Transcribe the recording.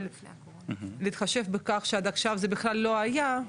אבל להתחשב בכך שעד עכשיו זה בכלל לא היה.